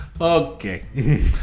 okay